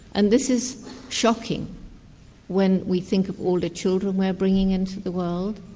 and this is shocking when we think of all the children we're bringing into the world.